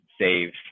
save